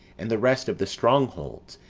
and the rest of the strong holds,